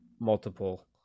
multiple –